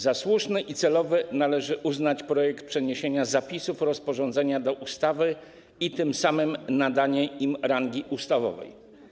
Za słuszny i celowy należy uznać projekt przeniesienia zapisów rozporządzenia do ustawy i tym samym nadanie im rangi ustawowej.